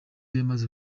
yamaze